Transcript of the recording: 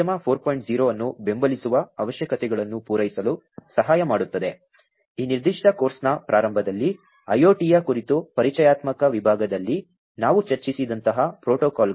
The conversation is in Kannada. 0 ಅನ್ನು ಬೆಂಬಲಿಸುವ ಅವಶ್ಯಕತೆಗಳನ್ನು ಪೂರೈಸಲು ಸಹಾಯ ಮಾಡುತ್ತದೆ ಈ ನಿರ್ದಿಷ್ಟ ಕೋರ್ಸ್ನ ಪ್ರಾರಂಭದಲ್ಲಿ IoT ಕುರಿತು ಪರಿಚಯಾತ್ಮಕ ವಿಭಾಗದಲ್ಲಿ ನಾವು ಚರ್ಚಿಸಿದಂತಹ ಪ್ರೋಟೋಕಾಲ್ಗಳು